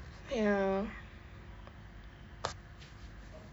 ya